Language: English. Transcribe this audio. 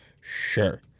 sure